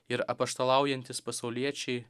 ir apaštalaujantys pasauliečiai